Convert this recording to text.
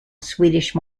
swedish